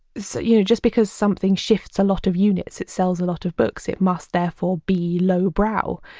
so you know just because something shifts a lot of units, it sells a lot of books, it must therefore be lowbrow.